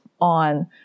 on